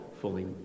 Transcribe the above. fully